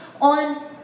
on